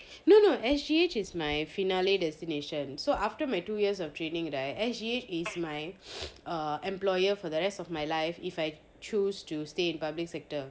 no no S_G_H is my finale destination so after my two years of training right S_G_H is my err employer for the rest of my life if I choose to stay in public sector